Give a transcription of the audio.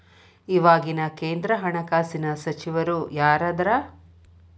ಇವಾಗಿನ ಕೇಂದ್ರ ಹಣಕಾಸಿನ ಸಚಿವರು ಯಾರದರ